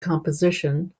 composition